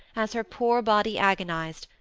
as her poor body agonised,